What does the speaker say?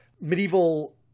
medieval